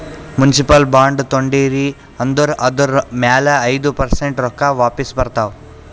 municipal bond ತೊಂಡಿರಿ ಅಂದುರ್ ಅದುರ್ ಮ್ಯಾಲ ಐಯ್ದ ಪರ್ಸೆಂಟ್ ರೊಕ್ಕಾ ವಾಪಿಸ್ ಬರ್ತಾವ್